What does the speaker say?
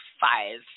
five